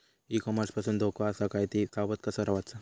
E commerce पासून धोको आसा काय आणि सावध कसा रवाचा?